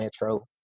metro